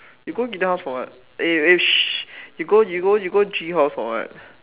you go Gideon house for what eh eh sh~ you go you go G house for what